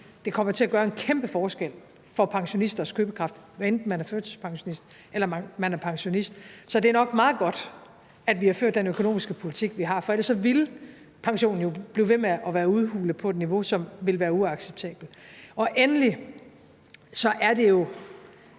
Det kommer til at gøre en kæmpe forskel for pensionisters købekraft, hvad enten man er førtidspensionist eller man er pensionist. Så det er nok meget godt, at vi har ført den økonomiske politik, vi har, for ellers ville pensionen jo blive ved med at være udhulet på et niveau, som ville være uacceptabelt. Endelig er det jo